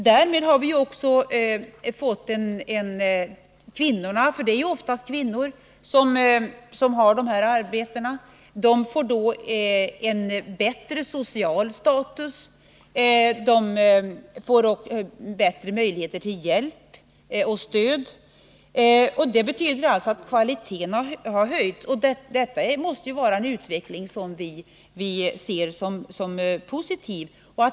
Därmed får också kvinnorna — det är ju oftast kvinnor som har dessa arbeten — en bättre social status och bättre möjligheter till hjälp och stöd. Det betyder alltså att kvaliteten har höjts, och detta är en utveckling som vi ser som positiv.